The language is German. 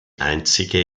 einzige